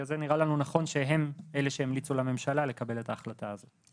לכן נראה לנו נכון שהם אלה שימליצו לממשלה לקבל את ההחלטה הזאת.